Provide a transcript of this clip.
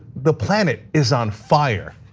the planet is on fire.